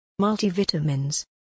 Multivitamins